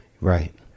right